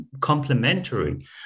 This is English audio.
complementary